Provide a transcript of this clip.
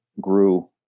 grew